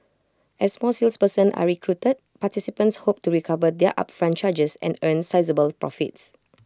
as more salespersons are recruited participants hope to recover their upfront charges and earn sizeable profits